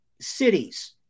Cities